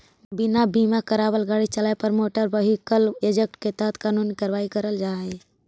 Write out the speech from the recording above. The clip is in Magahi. बिना बीमा करावाल गाड़ी चलावे पर मोटर व्हीकल एक्ट के तहत कानूनी कार्रवाई करल जा हई